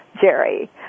Jerry